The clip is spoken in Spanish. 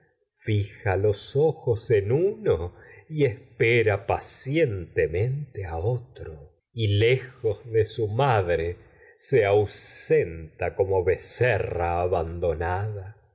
fija los ojos su en uno y espera pacientemente como a otro y lejos de madre se ausenta becerra abandonada